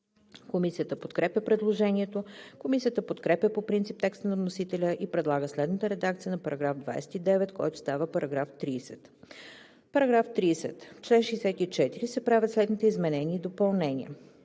Комисията подкрепя предложението. Комисията подкрепя по принцип текста на вносителя и предлага следната редакция на § 29, който става § 30: „§ 30. В чл. 64 се правят следните изменения и допълнения: